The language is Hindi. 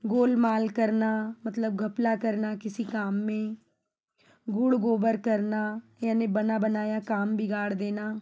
गोलमाल करना मतलब घपला करना किसी काम में गुड़ गोबर करना यानि बना बनाया काम बिगाड़ देना